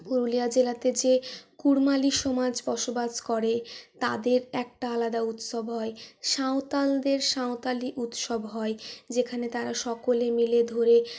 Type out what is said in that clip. পুরুলিয়া জেলাতে যে কুর্মালি সমাজ বসবাস করে তাদের একটা আলাদা উৎসব হয় সাঁওতালদের সাঁওতালি উৎসব হয় যেখানে তারা সকলে মিলে ধরে